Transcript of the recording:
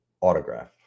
autograph